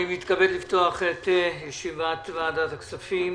אני מתכבד לפתוח את ישיבת ועדת הכספים.